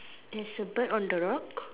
there's a bird on the rock